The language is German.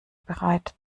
bereit